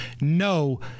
no